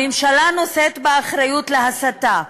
הממשלה נושאת באחריות להסתה,